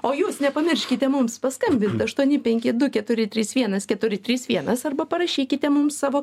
o jūs nepamirškite mums paskambint aštuni penki du keturi trys vienas keturi trys vienas arba parašykite mums savo